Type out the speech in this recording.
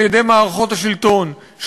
על-ידי מערכות השלטון.